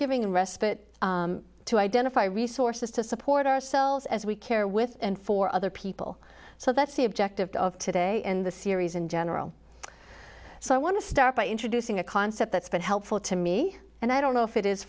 giving respite to identify resources to support ourselves as we care with and for other people so that's the objective of today in the series in general so i want to start by introducing a concept that's been helpful to me and i don't know if it is